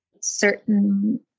certain